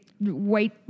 white